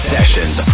Sessions